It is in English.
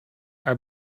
are